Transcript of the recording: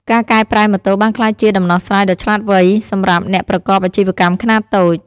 ការកែប្រែម៉ូតូបានក្លាយជាដំណោះស្រាយដ៏ឆ្លាតវៃសម្រាប់អ្នកប្រកបអាជីវកម្មខ្នាតតូច។